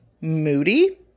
moody